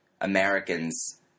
Americans